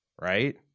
Right